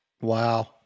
Wow